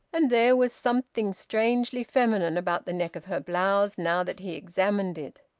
and there was something strangely feminine about the neck of her blouse, now that he examined it.